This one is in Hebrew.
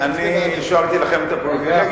אני השארתי לכם את הפריווילגיה,